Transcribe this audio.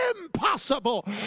impossible